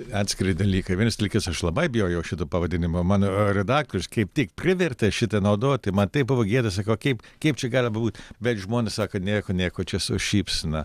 atskiri dalykai vienas dalykas aš labai bijojau šito pavadinimo mano redaktorius kaip tik privertė šitą naudoti man taip buvo gėda sakau o kaip kaip čia gali būti bet žmona sako nieko nieko čia su šypsena